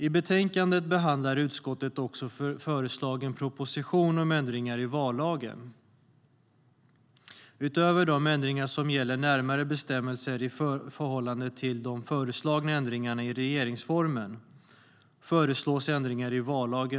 I betänkandet behandlar utskottet också föreslagen proposition om ändringar i vallagen. Utöver de ändringar som gäller närmare bestämmelser i förhållande till de föreslagna ändringarna i regeringsformen föreslås vissa ändringar i vallagen.